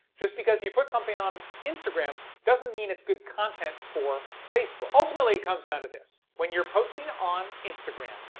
just because you put something on instagram doesn't mean it's good content for facebook. ultimately it comes down to this when you're posting on instagram,